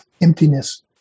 emptiness